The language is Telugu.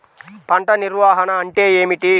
పంట నిర్వాహణ అంటే ఏమిటి?